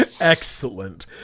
Excellent